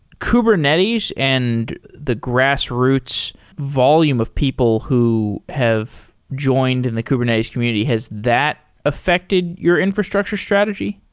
kubernetes and the grassroots volume of people who have joined in the kubernetes community, has that affected your infrastructure strategy?